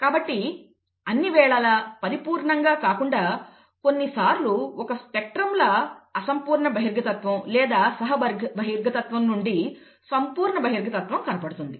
కాబట్టి అన్ని వేళలా పరిపూర్ణంగా కాకుండా కొన్నిసార్లు ఒక స్పెక్ట్రంలా అసంపూర్ణ బహిర్గతత్వం లేదా సహా బహిర్గతత్వం నుండి సంపూర్ణ బహిర్గతత్వం కనబడుతుంది